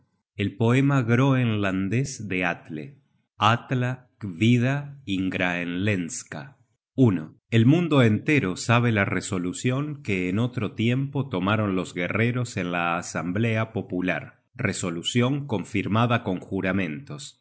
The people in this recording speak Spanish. atle content from google book search generated at el mundo entero sabe la resolucion que en otro tiempo tomaron los guerreros en la asamblea popular resolucion confirmada con juramentos